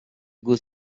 good